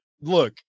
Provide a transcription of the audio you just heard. look